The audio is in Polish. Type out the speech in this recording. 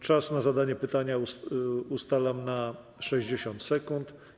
Czas na zadanie pytania ustalam na 60 sekund.